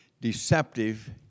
deceptive